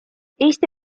eesti